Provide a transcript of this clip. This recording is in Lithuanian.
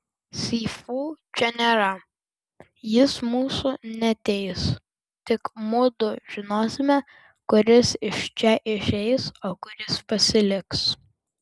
si fu čia nėra jis mūsų neteis tik mudu žinosime kuris iš čia išeis o kuris pasiliks